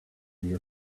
your